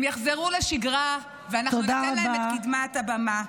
הם יחזרו לשגרה, ואנחנו ניתן להם את קדמת הבמה.